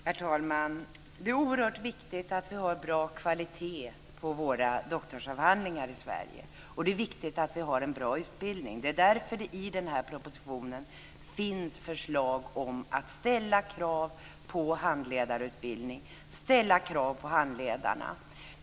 Herr talman! Det är oerhört viktigt att vi har hög kvalitet på våra doktorsavhandlingar i Sverige. Det är också viktigt att vi har en bra utbildning. Det är därför som det i propositionen finns förslag om att ställa krav på handledarutbildningen och handledarna.